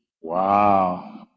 Wow